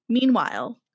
Meanwhile